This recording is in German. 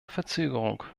verzögerung